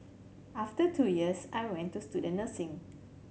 after two years I went to student nursing